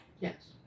Yes